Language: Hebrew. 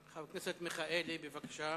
חבר הכנסת אברהם מיכאלי, בבקשה.